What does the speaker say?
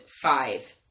five